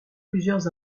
plusieurs